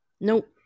Nope